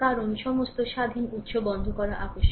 কারণ সমস্ত স্বাধীন উত্স বন্ধ করা আবশ্যক